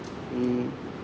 mm